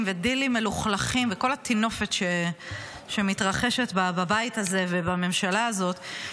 ודילים מלוכלכים וכל הטינופת שמתרחשת בבית הזה ובממשלה הזאת,